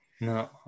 no